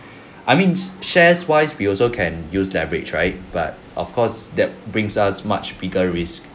I mean shares wise we also can use leverage right but of course that brings us much bigger risk